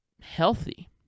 healthy